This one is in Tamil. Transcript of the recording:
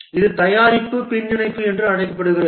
இது தயாரிப்பு பின்னிணைப்பு என அழைக்கப்படுகிறது